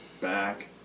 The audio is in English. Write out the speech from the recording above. Back